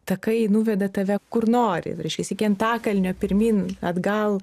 takai nuveda tave kur nori reiškias iki antakalnio pirmyn atgal